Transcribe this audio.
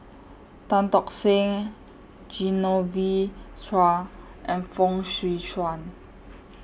Tan Tock Seng Genevieve Chua and Fong Swee Suan